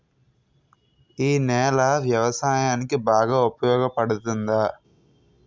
ఈ నేల వ్యవసాయానికి బాగా ఉపయోగపడుతుందా?